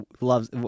loves